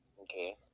Okay